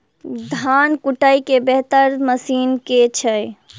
धान कुटय केँ बेहतर मशीन केँ छै?